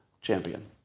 champion